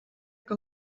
que